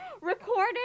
Recorded